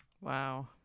Wow